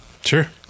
Sure